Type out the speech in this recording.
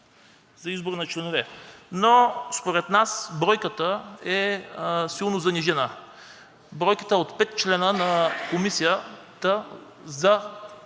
за избор на членове. Според нас бройката е силно занижена. Бройката от пет членове на Комисията за